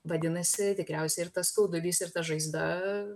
vadinasi tikriausiai ir tas skaudulys ir ta žaizda